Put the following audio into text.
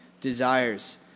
desires